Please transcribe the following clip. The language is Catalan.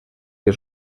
que